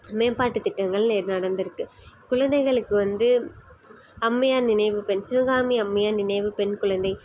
மேம்பாட்டுத் திட்டங்கள் நடந்திருக்கு குழந்தைகளுக்கு வந்து அம்மையார் நினைவு சிவகாமி அம்மையார் நினைவு பெண் குழந்தை